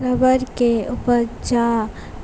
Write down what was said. rubber केर उपजा